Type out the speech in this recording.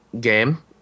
game